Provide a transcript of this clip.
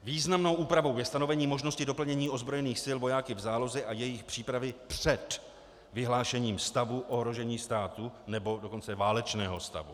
Významnou úpravou je stanovení možnosti doplnění ozbrojených sil vojáky v záloze a jejich přípravy před vyhlášením stavu ohrožení státu, nebo dokonce válečného stavu.